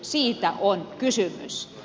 siitä on kysymys